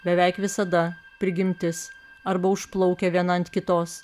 beveik visada prigimtis arba užplaukia viena ant kitos